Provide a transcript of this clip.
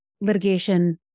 litigation